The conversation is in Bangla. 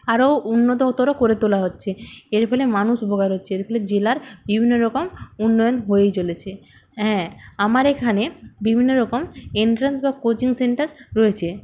আরো উন্নততর করে তোলা হচ্ছে এর ফলে মানুষ উপকার হচ্ছে এর ফলে জেলার বিভিন্ন রকম উন্নয়ন হয়েই চলেছে হ্যাঁ আমার এখানে বিভিন্ন রকম এন্ট্রান্স বা কোচিং সেন্টার রয়েছে